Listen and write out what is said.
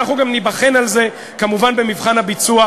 אנחנו גם ניבחן על זה כמובן במבחן הביצוע,